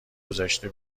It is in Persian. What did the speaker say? گذاشته